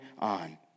on